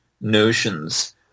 notions